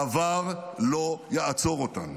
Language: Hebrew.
דבר לא יעצור אותנו.